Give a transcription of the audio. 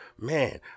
man